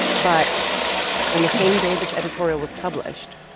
but on the same day this editorial was published,